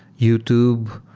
youtube,